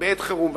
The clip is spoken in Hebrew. בעת חירום.